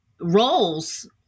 roles